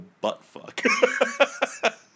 butt-fuck